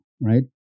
right